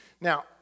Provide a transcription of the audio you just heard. now